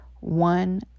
one